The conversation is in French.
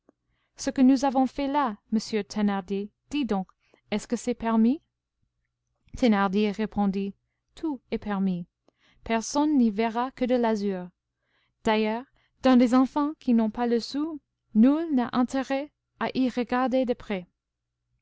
ce que nous avons fait là monsieur thénardier dis donc est-ce que c'est permis thénardier répondit tout est permis personne n'y verra que de l'azur d'ailleurs dans des enfants qui n'ont pas le sou nul n'a intérêt à y regarder de près